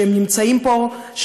שנמצאות פה,